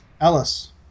ellis